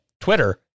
Twitter